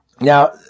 Now